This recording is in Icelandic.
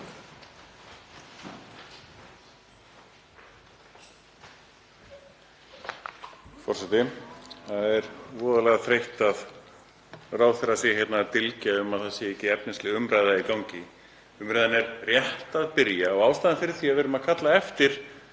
Forseti. Það er voðalega þreytt að ráðherra sé að dylgja um að það sé ekki efnisleg umræða í gangi. Umræðan er rétt að byrja og ástæðan fyrir því að við erum að kalla eftir